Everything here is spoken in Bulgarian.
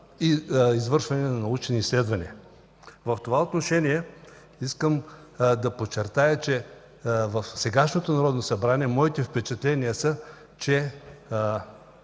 и извършване на научни изследвания. В това отношение искам да подчертая, че в сегашното Народното събрание моите впечатления са, че